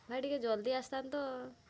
ଭାଇ ଟିକିଏ ଜଲ୍ଦି ଆସିଥାଆନ୍ତ